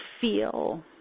feel